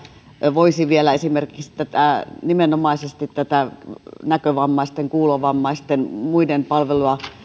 voisi esimerkiksi nimenomaisesti tätä näkövammaisten kuulovammaisten ja muiden palvelua